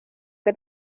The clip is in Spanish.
que